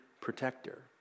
Protector